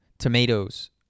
Tomatoes